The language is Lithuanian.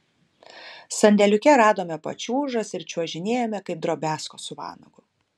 sandėliuke radome pačiūžas ir čiuožinėjome kaip drobiazko su vanagu